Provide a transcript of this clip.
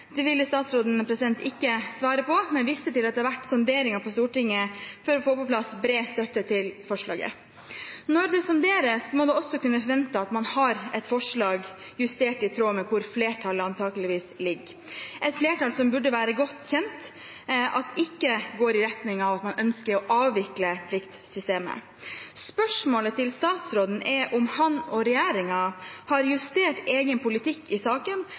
statsråden ikke svare på, men viste til at det har vært sonderinger på Stortinget for å få på plass bred støtte til forslaget. Når det sonderes, må det også kunne forventes at man har forslag som er justert i tråd med hvor flertallet antakeligvis ligger, et flertall som det burde være godt kjent ikke går i retning av at man ønsker å avvikle systemet. Spørsmålet til statsråden er om han og regjeringen har justert egen politikk i saken,